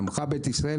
מעמך בית ישראל,